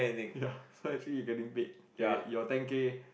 ya so actually it getting beat your your ten K